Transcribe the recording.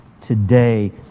today